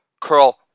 curl